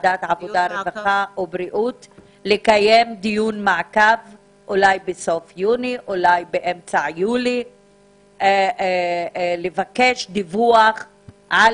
לקבוע ולקיים דיון מעקב בסוף יוני 2020 או יולי 2020 לבקש דיווח על